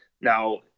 Now